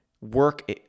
work